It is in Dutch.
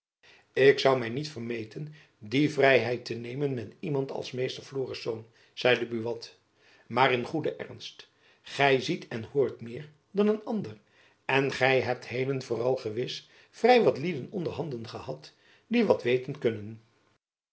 ik zoû my niet vermeten die vrijheid te nemen met iemand als meester florisz zeide buat maar in goede ernst gy ziet en hoort meer dan een ander en gy hebt heden vooral gewis vrij wat lieden onder handen gehad die wat weten kunnen